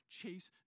chase